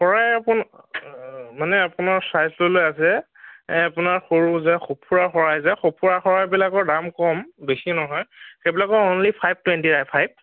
শৰাই আপোন মানে আপোনাৰ চাই পেলাই আছে এ আপোনাৰ সৰু যে সঁফুৰা শৰাই যে সঁফুৰা শৰাইবিলাকৰ দাম কম বেছি নহয় সেইবিলাকৰ অনলী ফাইভ টুৱেণ্টী ফাইভ